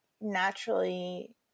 naturally